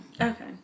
okay